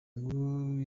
nkuru